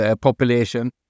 population